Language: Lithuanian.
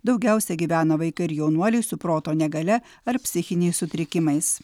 daugiausia gyvena vaikai ir jaunuoliai su proto negalia ar psichiniais sutrikimais